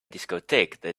discotheque